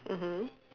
mmhmm